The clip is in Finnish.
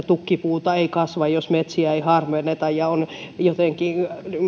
tukkipuuta ei kasva jos metsiä ei harvenneta ja on jotenkin